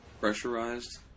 Pressurized